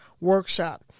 Workshop